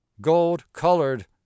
Gold-colored